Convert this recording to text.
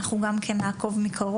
אנחנו גם כן נעקוב מקרוב,